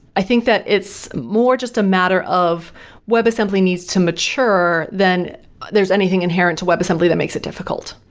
i think that it's more just a matter of web assembly needs to mature than there's anything inherent to web assembly that makes it difficult.